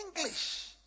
English